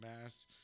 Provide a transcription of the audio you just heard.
mass